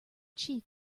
cheek